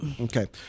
Okay